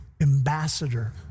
ambassador